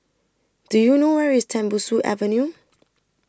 Do YOU know Where IS Tembusu Avenue